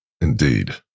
Indeed